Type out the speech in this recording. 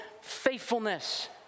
faithfulness